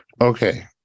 okay